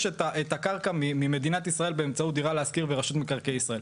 את הקרקע ממדינת ישראל באמצעות דירה להשכיר ורשות מקרקעי ישראל.